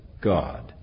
God